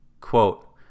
Quote